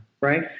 Right